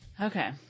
okay